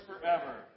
forever